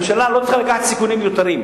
ממשלה לא צריכה לקחת סיכונים מיותרים.